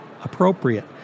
appropriate